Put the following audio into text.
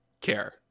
care